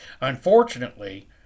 Unfortunately